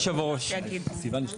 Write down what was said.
חושב שכולנו מסכימים.